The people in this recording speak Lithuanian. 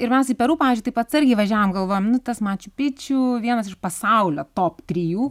ir mes į peru pavyzdžiui taip atsargiai važiavom galvojom nu tas mačiu pičiu vienas iš pasaulio top trijų